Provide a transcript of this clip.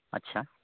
আচ্ছা